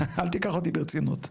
אל תיקח אותי ברצינות.